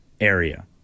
area